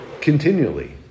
Continually